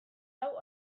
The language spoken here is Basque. hau